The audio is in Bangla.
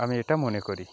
আমি এটা মনে করি